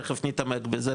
תיכף נתעמק בזה,